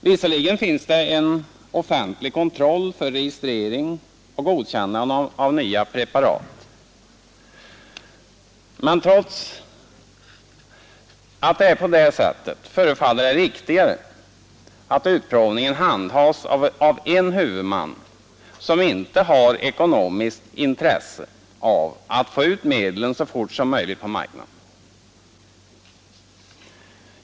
Visserligen finns en offentlig kontroll för registrering och godkännande av nya preparat, men trots detta förhållande förefaller det riktigare att utprovningen handhas av en huvudman, som inte har ekonomiskt intresse av att få ut medlen så fort som möjligt på marknaden.